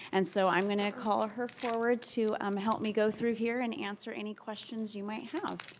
and so i'm going to call her forward to um help me go through here and answer any questions you might have.